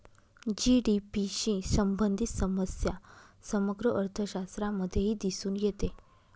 GDP शी संबंधित समस्या समग्र अर्थशास्त्रामध्येही दिसून येते